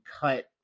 cut